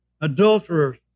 adulterers